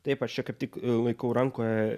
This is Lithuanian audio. taip aš čia kaip tik laikau rankoje